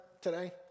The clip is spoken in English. today